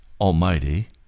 Almighty